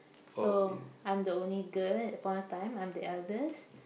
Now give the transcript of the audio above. so I'm the only girl at that point of time I'm the eldest